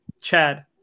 Chad